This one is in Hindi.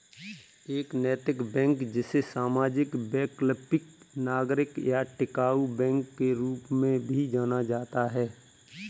एक नैतिक बैंक जिसे सामाजिक वैकल्पिक नागरिक या टिकाऊ बैंक के रूप में भी जाना जाता है